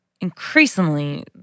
increasingly